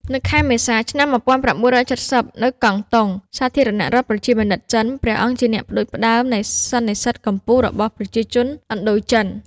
នៅខែមេសា ឆ្នាំ១៩៧០ នៅកង់តុង សាធារណរដ្ឋប្រជាមានិតចិន ព្រះអង្គជាអ្នកផ្តួច ផ្តើមនៃសន្និសីទកំពូលរបស់ប្រជាជនឥណ្ឌូចិន។